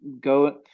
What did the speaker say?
go